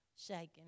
shaking